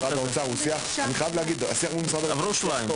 עברו שבועיים.